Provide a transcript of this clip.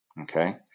Okay